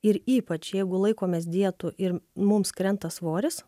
ir ypač jeigu laikomės dietų ir mums krenta svoris